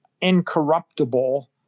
incorruptible